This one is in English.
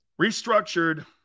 Restructured